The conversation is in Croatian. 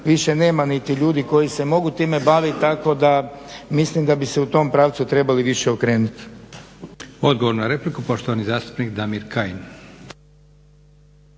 Više nema niti ljudi koji se mogu time baviti tako da mislim da bi se u tom pravcu trebali više okrenuti. **Leko, Josip (SDP)** Odgovor na repliku, poštovani zastupnik Damir Kajin.